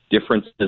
differences